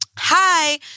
Hi